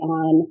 on